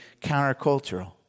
countercultural